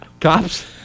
Cops